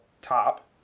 top